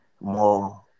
More